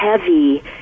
heavy